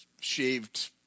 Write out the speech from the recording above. shaved